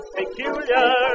peculiar